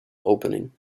opening